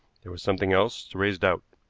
there was something else to raise doubt.